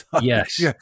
Yes